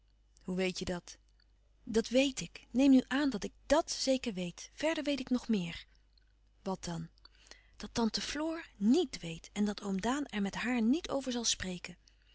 hoe weet je dat dat weet ik neem nu aan dat ik dàt zeker weet verder weet ik nog meer louis couperus van oude menschen de dingen die voorbij gaan wat dan dat tante floor nièt weet en dat oom daan er met haar niet over zal spreken